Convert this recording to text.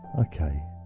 Okay